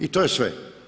I to je sve.